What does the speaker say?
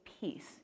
peace